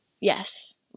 Yes